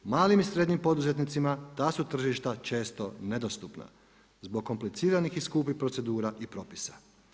Malim i srednjim poduzetnicima ta su tržišta često nedostupna zbog kompliciranih i skupih procedura i propisa.